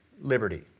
liberty